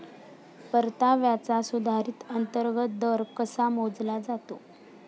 परताव्याचा सुधारित अंतर्गत दर कसा मोजला जातो?